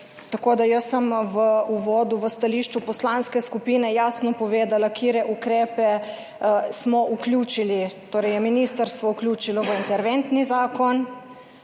tako iti. Jaz sem v uvodu, v stališču poslanske skupine, jasno povedala, katere ukrepe smo vključili, torej je ministrstvo vključilo v interventni zakon,